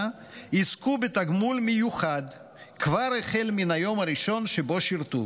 יזכו בתגמול מיוחד כבר החל מן היום הראשון שבו שירתו,